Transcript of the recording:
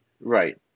right